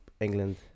England